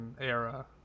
era